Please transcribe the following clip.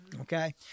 Okay